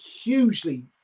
hugely